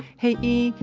hey e,